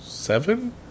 Seven